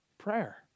prayer